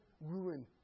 ruin